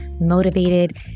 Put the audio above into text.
motivated